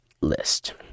list